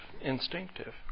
instinctive